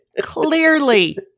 clearly